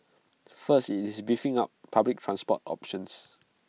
first IT is beefing up public transport options